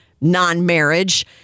non-marriage